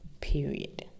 Period